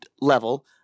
level